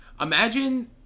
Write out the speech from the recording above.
Imagine